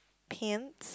pants